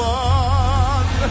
one